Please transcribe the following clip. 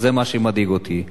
וזה מה שמדאיג אותי.